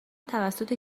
توسط